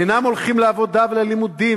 ואינם הולכים לעבודה וללימודים,